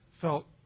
felt